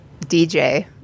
DJ